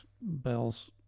bells